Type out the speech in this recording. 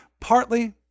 Partly